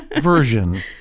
version